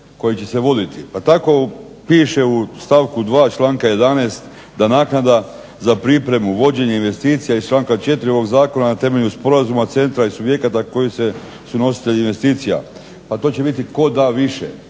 koji će se voditi. Pa tako piše u stavku 2. članka 11. da naknada pripremu i vođenja investicija iz članka 4. ovog zakona na temelju sporazuma centra i subjekata koji su nositelji investicija. Pa to će biti tko da više